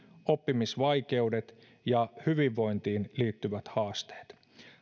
oppimisvaikeudet ja hyvinvointiin liittyvät haasteet